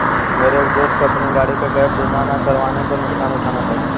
मेरे एक दोस्त को अपनी गाड़ी का गैप बीमा ना करवाने पर नुकसान उठाना पड़ा